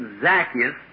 Zacchaeus